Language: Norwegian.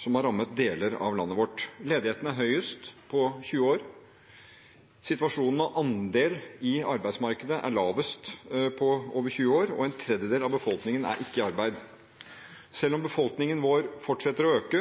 som har rammet deler av landet vårt. Ledigheten er den høyeste på 20 år. Andelen på arbeidsmarkedet er den laveste på over 20 år, og en tredjedel av befolkningen er ikke i arbeid. Selv om befolkningen vår fortsetter å øke,